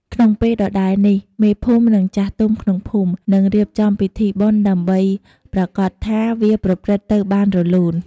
ក្នុងពេលដដែលនេះ មេភូមិនិងចាស់ទុំក្នុងភូមិ នឹងរៀបចំពិធីបុណ្យដើម្បីប្រាកដថាវាប្រព្រឹត្តទៅបានរលូន។